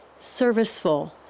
serviceful